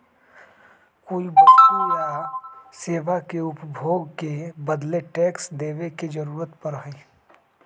कोई वस्तु या सेवा के उपभोग के बदले टैक्स देवे के जरुरत पड़ा हई